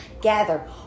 gather